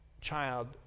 child